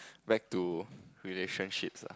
back to relationships ah